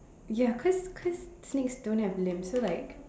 ya cause cause snakes don't have limbs so like